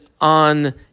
on